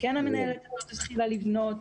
שהמנהלת הזאת התחילה לבנות,